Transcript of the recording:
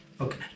okay